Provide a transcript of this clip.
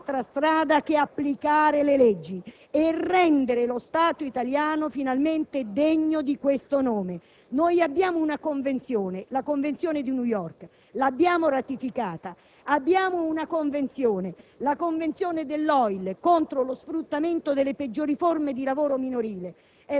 Non c'è altra strada che applicare le leggi e rendere lo Stato italiano finalmente degno di questo nome. Esiste la Convenzione di New York, che abbiamo ratificato; esiste la Convenzione dell'OIL contro lo sfruttamento delle peggiori forme di lavoro